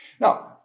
Now